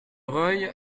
reuil